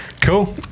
Cool